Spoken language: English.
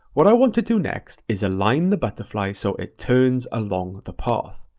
what i want to do next is align the butterfly so it turns along the path.